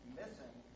missing